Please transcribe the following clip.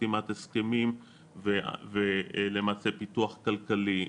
חתימת הסכמים ולמעשה פיתוח כלכלי.